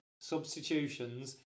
substitutions